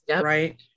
right